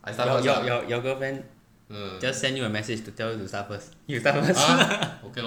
your your your your girlfriend just send you a message to tell you to start first you start first